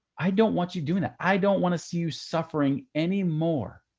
i don't want you doing that. i don't want to see you suffering any more.